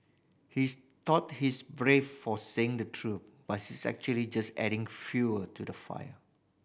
he's thought he's brave for saying the truth but she's actually just adding fuel to the fire